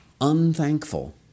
unthankful